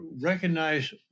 recognize